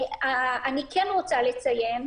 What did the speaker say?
אני כן רוצה לציין,